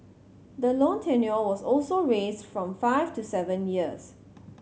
the loan tenure was also raised from five to seven years